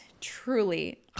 truly